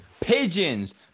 Pigeons